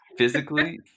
Physically